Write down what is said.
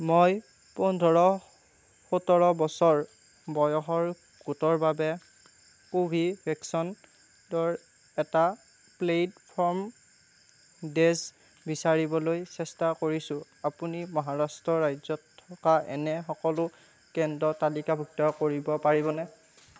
মই পোন্ধৰ সোতৰ বছৰ বয়সৰ গোটৰ বাবে কোভিভেক্সনতৰ এটা প্লে'টফ্ৰম ডেচ বিচাৰিবলৈ চেষ্টা কৰিছোঁ আপুনি মহাৰাষ্ট্ৰ ৰাজ্যত থকা এনে সকলো কেন্দ্ৰ তালিকাভুক্ত কৰিব পাৰিবনে